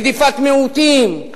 רדיפת מיעוטים,